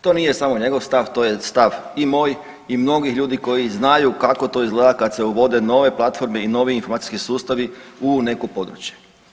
To nije samo njegov stav, to je stav i moj i mnogih ljudi koji znaju kako to izgleda kad se uvode nove platforme i novi informacijski sustavi u neko područje.